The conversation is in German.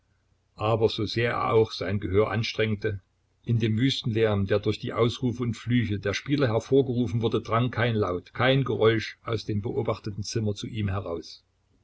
aber so sehr er auch sein gehör anstrengte in dem wüsten lärm der durch die ausrufe und flüche der spieler hervorgerufen wurde drang kein laut kein geräusch aus dem beobachteten zimmer zu ihm heraus